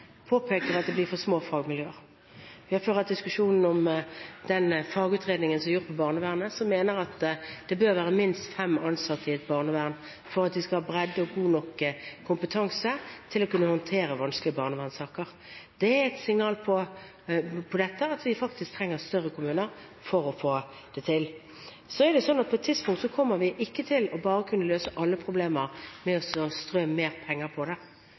barnevernet, der man mener at det bør være minst fem ansatte i et barnevern for at vi skal ha bredde og god nok kompetanse til å kunne håndtere vanskelige barnevernssaker. Det er et signal på at vi faktisk trenger større kommuner for å få det til. Så er det sånn at på et tidspunkt kommer vi ikke til bare å kunne løse alle problemer med å strø på mer penger, og vi kommer ikke til å klare å løse noen av de problemene – ved å strø på